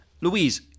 Louise